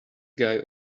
guy